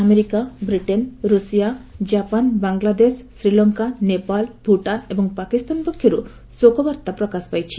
America Britain Russia Japan Bangladesh Sri Lanka Nepal Bhutan ଏବଂ ପାକିସ୍ତାନ ପକ୍ଷରୁ ଶୋକବାର୍ତ୍ତା ପ୍ରକାଶ ପାଇଛି